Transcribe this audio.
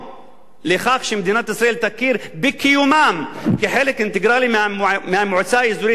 על כך שמדינת ישראל תכיר בקיומם כחלק אינטגרלי מהמועצה האזורית עמק לוד.